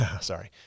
sorry